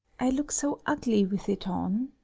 i look so ugly with it on.